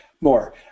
More